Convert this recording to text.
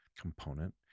component